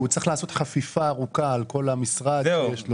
הוא צריך לעשות חפיפה ארוכה על המשרד שיש לו.